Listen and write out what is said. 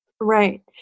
Right